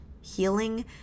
healing